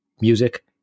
music